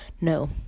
No